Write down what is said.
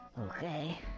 Okay